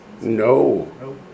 No